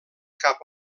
cap